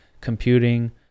computing